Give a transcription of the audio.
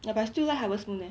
ya but I still like harvest moon